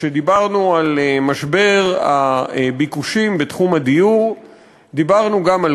כשדיברנו על משבר הביקושים בתחום הדיור דיברנו גם על